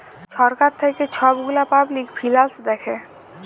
ছরকার থ্যাইকে ছব গুলা পাবলিক ফিল্যাল্স দ্যাখে